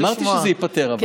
אמרתי שזה ייפתר, אבל.